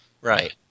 Right